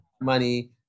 Money